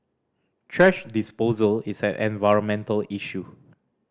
thrash disposal is an environmental issue